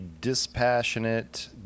dispassionate